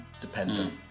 dependent